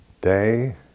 day